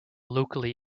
locally